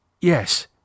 Yes